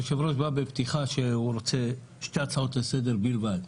היושב-ראש בא בפתיחה ואמר שהוא רוצה שתי הצעות לסדר בלבד.